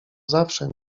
zawsze